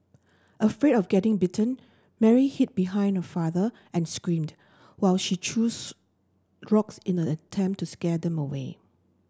afraid of getting bitten Mary hid behind her father and screamed while she threw rocks in an attempt to scare them away